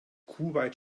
kuwait